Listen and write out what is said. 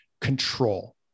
control